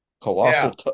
Colossal